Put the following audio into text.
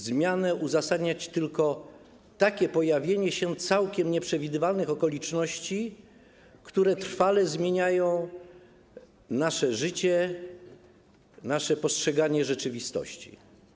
Zmianę może uzasadniać tylko pojawienie się całkiem nieprzewidywalnych okoliczności, które trwale zmieniają nasze życie, nasze postrzeganie rzeczywistości.